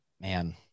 man –